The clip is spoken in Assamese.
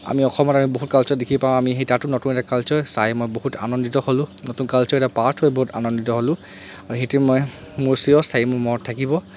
আমি অসমত আমি বহুত কালচাৰ দেখি পাওঁ আমি সেই তাতো নতুন এটা কালচাৰ চাই মই বহুত আনন্দিত হ'লোঁ নতুন কালচাৰ এটাৰ পাৰ্ট হৈ বহুত আনন্দিত হ'লোঁ আৰু সেইটোৱে মই মোৰ চিৰস্থায়ী মোৰ মনত থাকিব